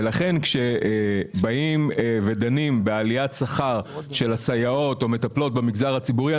ולכן כשבאים ודנים בעליית שכר של הסייעות או מטפלות במגזר הציבורי,